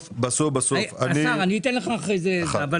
היום